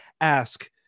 ask